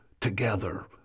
together